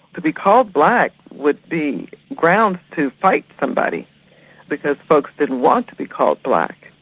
to be called black would be grounds to fight somebody because folks didn't want to be called black.